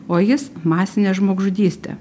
o jis masinę žmogžudystę